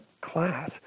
class